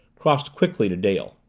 crossed quickly to dale.